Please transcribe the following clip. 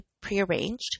prearranged